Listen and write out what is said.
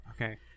okay